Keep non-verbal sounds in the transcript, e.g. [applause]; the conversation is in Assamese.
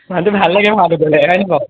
মানুহটো ভাল লাগে [unintelligible]